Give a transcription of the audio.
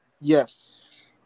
Yes